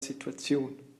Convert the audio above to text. situaziun